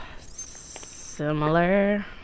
similar